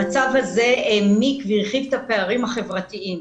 המצב הזה העמיק והרחיב את הפערים החברתיים,